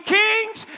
kings